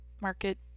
market